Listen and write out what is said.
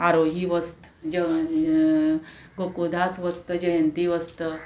आरोही वस्त जोकोदास वस्त जयंती वस्त